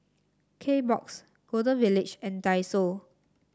Kbox Golden Village and Daiso